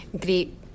great